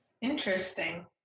Interesting